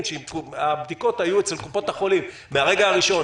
שאם הבדיקות היו אצל קופות החולים מהרגע הראשון,